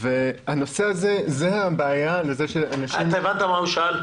הנושא הזה --- אתה הבנת מה הוא שאל?